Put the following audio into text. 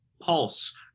Pulse